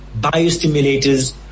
biostimulators